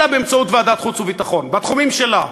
אלא באמצעות ועדת חוץ וביטחון בתחומים שלה,